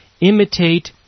imitate